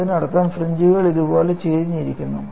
അതിനർത്ഥം ഫ്രിഞ്ച്കൾ ഇതുപോലെ ചരിഞ്ഞുപോകുന്നു